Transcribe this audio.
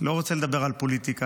לא רוצה לדבר על פוליטיקה.